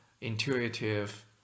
intuitive